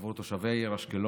עבור תושבי העיר אשקלון,